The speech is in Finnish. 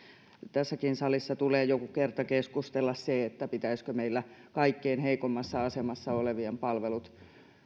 tässäkin salissa tulee joku kerta keskustella että pitäisikö meillä kaikkein heikoimmassa asemassa olevien palvelut